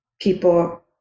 people